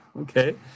Okay